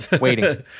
waiting